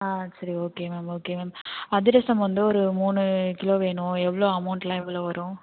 ஆ சரி okay ma'am okay ma'am அதிரசம் வந்து ஒரு மூணு கிலோ வேணும் எவ்வளவு அமௌண்ட் எல்லாம் எவ்வளவு வரும்